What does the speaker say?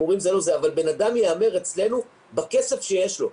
אבל בן אדם יהמר אצלנו בכסף שיש לו.